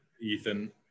Ethan